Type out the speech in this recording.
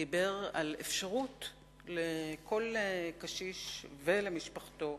דיבר על אפשרות לכל קשיש ולמשפחתו